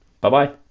bye-bye